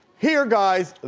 here guys,